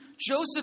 Joseph